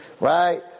right